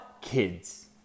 kids